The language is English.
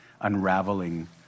unraveling